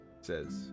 says